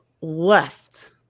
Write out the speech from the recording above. Left